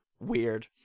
weird